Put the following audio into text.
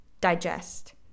Digest